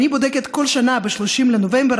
ואני בודקת כל שנה ב-30 בנובמבר,